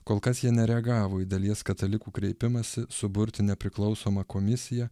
kol kas jie nereagavo į dalies katalikų kreipimąsi suburti nepriklausomą komisiją